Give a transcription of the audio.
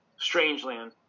Strangeland